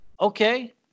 Okay